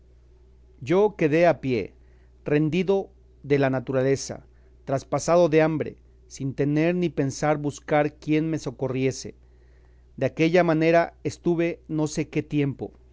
yo quedé a pie rendido de la naturaleza traspasado de hambre sin tener ni pensar buscar quien me socorriese de aquella manera estuve no sé qué tiempo